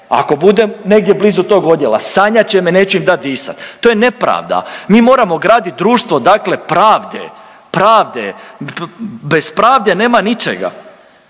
ako budem negdje blizu tog odjela, sanjat će me neću im dati disati. To je nepravda. Mi moramo graditi društvo dakle pravde, pravde. Bez pravde nema ničega.